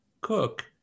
Cook